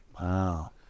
Wow